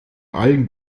allen